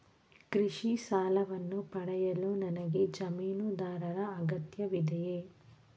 ಕೃಷಿ ಸಾಲವನ್ನು ಪಡೆಯಲು ನನಗೆ ಜಮೀನುದಾರರ ಅಗತ್ಯವಿದೆಯೇ?